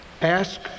ask